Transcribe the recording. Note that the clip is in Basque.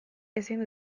ezin